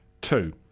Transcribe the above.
Two